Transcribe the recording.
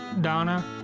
Donna